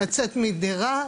לצאת מדירה,